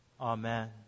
Amen